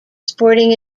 sporting